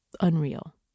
unreal